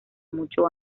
mucho